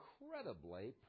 incredibly